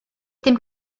dim